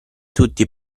tutti